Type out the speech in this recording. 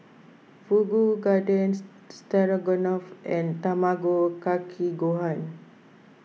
Fugu Garden Stroganoff and Tamago Kake Gohan